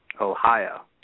Ohio